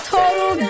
Total